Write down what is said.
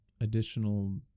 additional